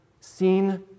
seen